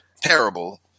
terrible